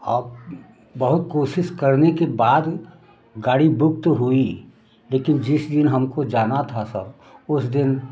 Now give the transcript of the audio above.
औ बहुत कोशिश करने के बाद गाड़ी बुक तो हुई लेकिन जिस दिन हमको जाना था सब उस दिन